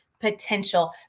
potential